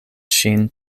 ŝin